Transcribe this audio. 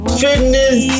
fitness